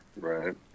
Right